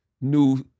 new